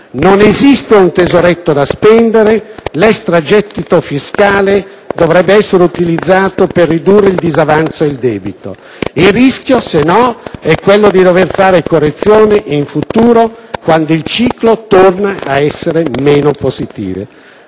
«Non esiste un "tesoretto" da spendere, l'extragettito fiscale dovrebbe essere utilizzato per ridurre il disavanzo e il debito. Il rischio, se no, è quello di dover fare correzioni in futuro, quando il ciclo torna ad essere meno positivo».